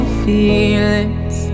feelings